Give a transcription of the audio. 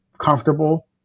comfortable